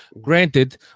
granted